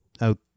out